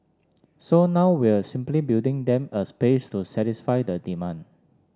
so now we're simply building them a space to satisfy the demand